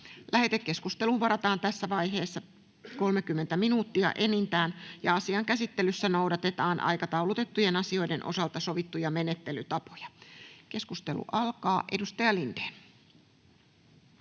Lähetekeskusteluun varataan tässä vaiheessa enintään 30 minuuttia. Asian käsittelyssä noudatetaan aikataulutettujen asioiden osalta sovittuja menettelytapoja. — Keskustelu alkaa. Edustaja Lindén.